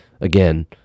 again